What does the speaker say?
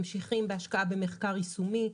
ממשיכים בהשקעה במחקר יישומי,